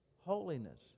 Holiness